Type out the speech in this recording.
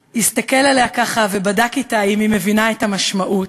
שהסתכל עליה ובדק אתה אם היא מבינה את המשמעות,